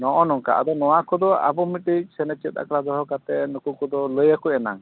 ᱱᱚᱜᱼᱚᱸᱭ ᱱᱚᱝᱠᱟ ᱟᱫᱚ ᱱᱚᱣᱟ ᱠᱚᱫᱚ ᱟᱵᱚ ᱢᱤᱫᱴᱤᱡ ᱥᱮᱱᱮᱪᱮᱫ ᱟᱠᱷᱲᱟ ᱫᱚᱦᱚ ᱠᱟᱛᱮᱫ ᱱᱩᱠᱩ ᱠᱚᱫᱚ ᱞᱟᱹᱭ ᱟᱠᱚ ᱮᱱᱟᱝ